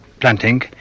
planting